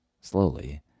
slowly